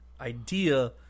idea